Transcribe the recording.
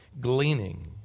gleaning